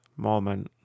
moment